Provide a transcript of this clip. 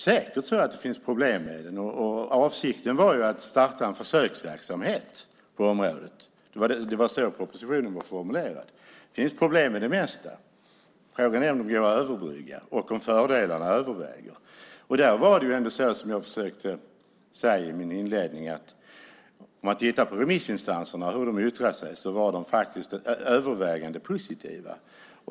Säkert finns det problem med den, och avsikten var ju att starta en försöksverksamhet på området. Det var så propositionen var formulerad. Det finns problem med det mesta. Frågan är om de går att överbrygga och om fördelarna överväger. Där var det så, vilket jag försökte säga i mitt inledningsanförande, att om man tittade på hur remissinstanserna yttrade sig såg man att de till övervägande del var positiva.